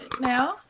now